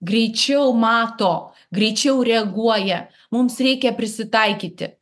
greičiau mato greičiau reaguoja mums reikia prisitaikyti